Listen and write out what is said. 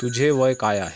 तुझे वय काय आहे